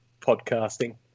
podcasting